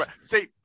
See